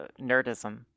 nerdism